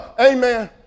Amen